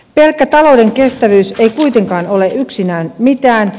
pelkkä talouden kestävyys ei kuitenkaan ole yksinään mitään